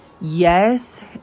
yes